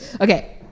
Okay